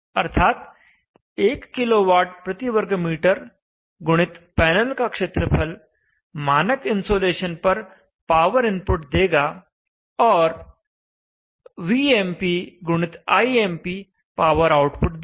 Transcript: अर्थात् 1 kWm2 गुणित panel का क्षेत्रफल मानक इन्सोलेशन पर पावर इनपुट देगा और Vmp गुणित Imp पावर आउटपुट देगा